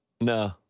No